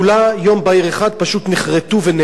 יום בהיר אחד פשוט נכרתו ונעלמו.